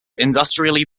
industrially